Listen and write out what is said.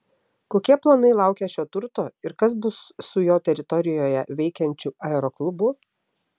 kokie planai laukia šio turto ir kas bus su jo teritorijoje veikiančiu aeroklubu